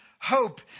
hope